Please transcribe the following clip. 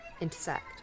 intersect